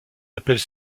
appels